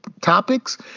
Topics